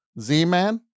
Z-Man